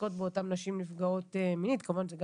החדר האקוטי אבל באמת איך